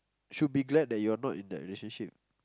should be glad that you are not in that relationship